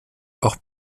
hors